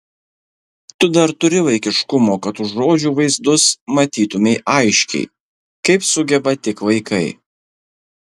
tu dar turi vaikiškumo kad už žodžių vaizdus matytumei aiškiai kaip sugeba tik vaikai